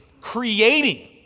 creating